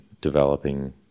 developing